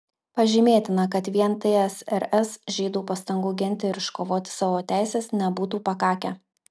pažymėtina kad vien tsrs žydų pastangų ginti ir iškovoti savo teises nebūtų pakakę